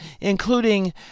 including